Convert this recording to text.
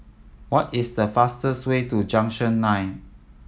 what is the fastest way to Junction Nine